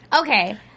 Okay